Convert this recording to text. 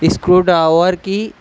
screw drawer کی